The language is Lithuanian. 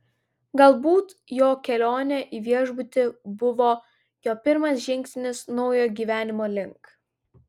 galbūt jo kelionė į viešbutį buvo jo pirmas žingsnis naujo gyvenimo link